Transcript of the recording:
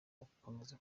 gukomeza